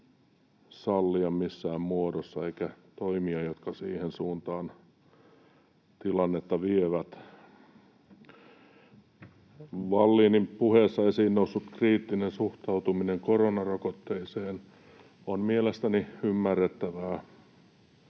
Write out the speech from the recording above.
sallia missään muodossa, eikä toimia, jotka siihen suuntaan tilannetta vievät. Vallinin puheessa esiin noussut kriittinen suhtautuminen koronarokotteeseen on mielestäni ymmärrettävää.